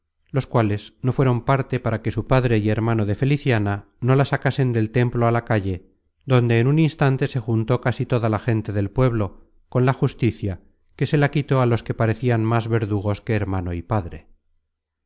los cuales no fueron parte para que su padre y hermano de feliciana no la sacasen del templo á la calle donde en un instante se juntó casi toda la gente del pueblo con la justicia que se la quitó a los que parecian más verdugos que hermano y padre